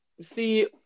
See